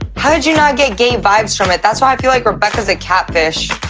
how did you not get gay vibes from it? that's why i feel like rebecca's a catfish.